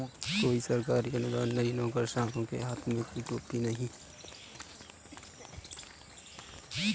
कोई सरकारी अनुदान नहीं, नौकरशाहों के हाथ में कोई टोपी नहीं